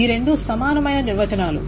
కాబట్టి ఈ రెండూ సమానమైన నిర్వచనాలు